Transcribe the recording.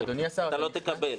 אתה לא תקבל.